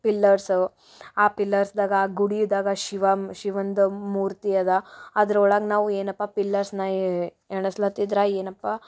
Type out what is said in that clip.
pillars ಆ ಪಿಲ್ಲರ್ಸ್ದಾಗ ಆ ಗುಡಿದಾಗ ಶಿವಂ ಶಿವಂದು ಮೂರ್ತಿ ಅದ ಅದ್ರೊಳಗ ನಾವು ಏನಪ ಪಿಲ್ಲರ್ಸ್ನ ಎಣಿಸ್ಲತ್ತಿದ್ರೆ ಏನಪ್ಪ